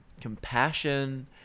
compassion